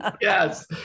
yes